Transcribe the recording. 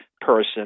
person